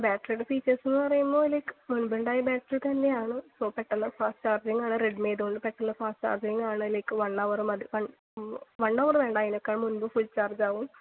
ബാറ്ററിയുടെ ഫീച്ചേഴ്സ് എന്ന് പറയുമ്പോൾ ലൈക്ക് മുൻപുണ്ടായ ബാറ്ററി തന്നെയാണ് സോ പെട്ടെന്ന് ഫാസ്റ്റ് ചാർജിങ്ങ് ആണ് റെഡ്മിയുടെ പോലെ ഫാസ്റ്റ് ചാർജിങ്ങ് ആണ് ലൈക്ക് വൺ അവർ മതി വൺ അവർ വേണ്ട അതിനേക്കാൾ മുമ്പ് ഫുൾ ചാർജ് ആവും